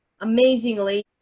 Amazingly